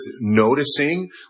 noticing